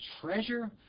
treasure